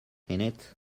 innit